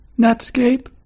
Netscape